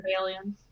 aliens